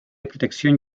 protección